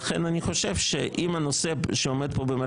אבל אם אני זוכר נכון את החלוקה שעשינו פה ושהוצגה